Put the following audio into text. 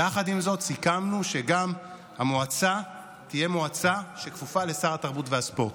יחד עם זאת סיכמנו שגם המועצה תהיה כפופה לשר התרבות והספורט.